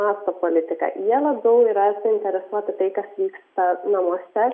masto politika jie labiau yra suinteresuoti tai kas vyksta namuose